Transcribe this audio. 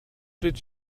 did